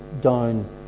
down